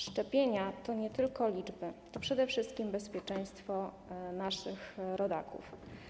Szczepienia to nie tylko liczby, to przede wszystkim bezpieczeństwo naszych rodaków.